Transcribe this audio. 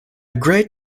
great